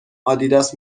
آدیداس